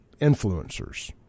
influencers